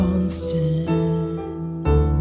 Constant